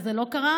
וזה לא קרה,